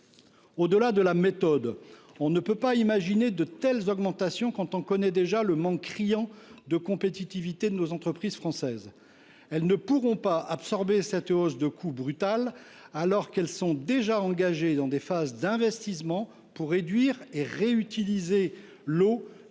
Au delà de la méthode, on ne peut pas concevoir de telles augmentations quand on connaît le manque criant de compétitivité de nos entreprises. Celles ci ne pourront pas absorber cette brutale hausse de coût, alors qu’elles sont déjà engagées dans des phases d’investissement pour réduire et réutiliser l’eau traitée,